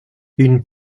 une